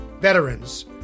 Veterans